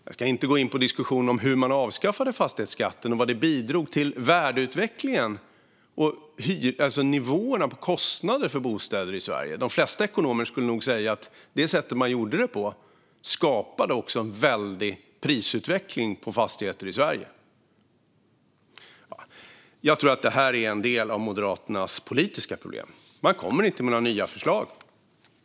Jag ska inte gå diskussionen om hur man avskaffade fastighetsskatten och hur det bidrog till värdeutvecklingen och nivåerna på kostnaderna för bostäder i Sverige. De flesta ekonomer skulle nog säga att det sätt man gjorde det på skapade en väldig prisutveckling på fastigheter i Sverige. Jag tror att det här är en del av Moderaternas politiska problem. Man kommer inte med några nya förslag.